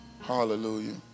Hallelujah